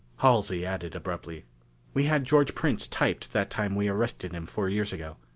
halsey added abruptly we had george prince typed that time we arrested him four years ago.